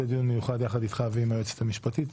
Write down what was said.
דיון מיוחד יחד איתך ועם היועצת המשפטית.